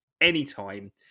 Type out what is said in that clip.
anytime